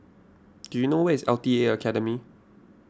do you know where is L T A Academy